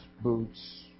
boots